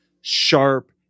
sharp